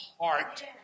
heart